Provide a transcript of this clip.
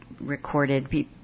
recorded